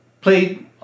played